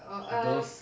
those